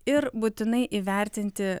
ir būtinai įvertinti